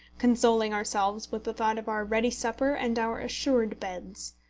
consoling ourselves with the thought of our ready supper and our assured beds.